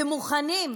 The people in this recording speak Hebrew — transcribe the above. ומוכנים,